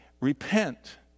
Repent